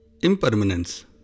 impermanence